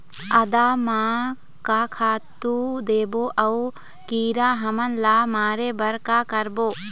आदा म का खातू देबो अऊ कीरा हमन ला मारे बर का करबो?